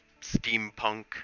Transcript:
steampunk